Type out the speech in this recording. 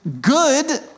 good